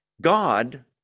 God